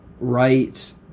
right